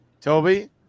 Toby